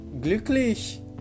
glücklich